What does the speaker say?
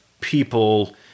people